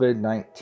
COVID-19